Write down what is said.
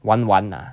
玩玩 lah